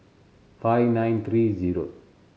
five nine three zero